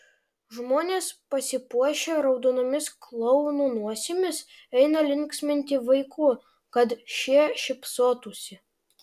žmonės pasipuošę raudonomis klounų nosimis eina linksminti vaikų kad šie šypsotųsi